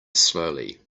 slowly